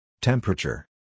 Temperature